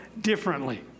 differently